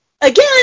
again